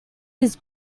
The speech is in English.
his